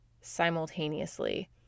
simultaneously